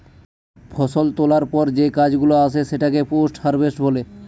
ফষল তোলার পর যে কাজ গুলো আসে সেটাকে পোস্ট হারভেস্ট বলে